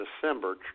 December